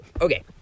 okay